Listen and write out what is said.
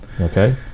Okay